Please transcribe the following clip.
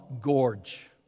gorge